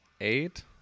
Eight